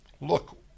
Look